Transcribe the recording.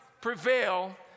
prevail